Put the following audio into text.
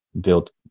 built